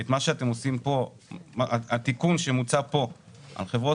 מה שאפשר כן לקבל פה זה שמדובר במספר מאוד קטן של משלמים.